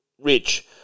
Rich